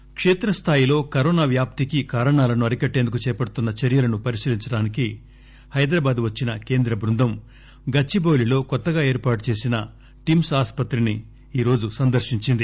team కేత్రస్థాయిలో corona వ్యాప్తికి కారణాలను అరికట్టేందుకు చేపడుతున్న చర్యలను పరిశీలించడానికి హైదరాబాద్ వచ్చిన కేంద్ర బృందం గచ్చిబాలిలో కొత్తగా ఏర్పాటు చేసిన టిమ్ప్ ఆసుపత్రిని ఈరోజు సందర్శించింది